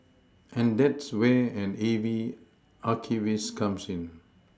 and that's where an A V archivist comes in